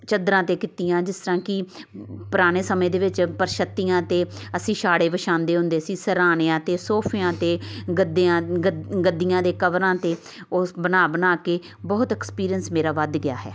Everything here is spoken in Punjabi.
ਚਾਦਰਾਂ 'ਤੇ ਕੀਤੀਆਂ ਜਿਸ ਤਰ੍ਹਾਂ ਕਿ ਪੁਰਾਣੇ ਸਮੇਂ ਦੇ ਵਿੱਚ ਪਰਛੱਤੀਆਂ 'ਤੇ ਅਸੀਂ ਛਾੜੇ ਵਿਛਾਉਂਦੇ ਹੁੰਦੇ ਸੀ ਸਿਰਹਾਣਿਆਂ 'ਤੇ ਸੋਫਿਆਂ 'ਤੇ ਗੱਦਿਆਂ ਗੱਦ ਗੱਦੀਆਂ ਦੇ ਕਵਰਾਂ 'ਤੇ ਉਸ ਬਣਾ ਬਣਾ ਕੇ ਬਹੁਤ ਐਕਸਪੀਰੀਅੰਸ ਮੇਰਾ ਵੱਧ ਗਿਆ ਹੈ